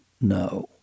no